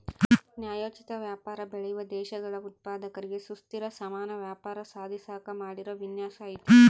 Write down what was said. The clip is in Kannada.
ನ್ಯಾಯೋಚಿತ ವ್ಯಾಪಾರ ಬೆಳೆಯುವ ದೇಶಗಳ ಉತ್ಪಾದಕರಿಗೆ ಸುಸ್ಥಿರ ಸಮಾನ ವ್ಯಾಪಾರ ಸಾಧಿಸಾಕ ಮಾಡಿರೋ ವಿನ್ಯಾಸ ಐತೆ